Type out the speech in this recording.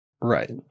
Right